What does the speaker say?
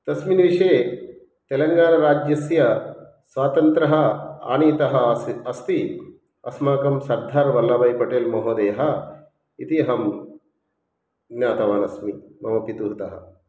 तस्मिन् विषये तेलङ्गाणाराज्यस्य स्वातन्त्र्यम् आनीतम् आसीत् अस्ति अस्माकं सर्दार् वल्लभायि पटेल् महोदयः इति अहं ज्ञातवानस्मि मम पितृतः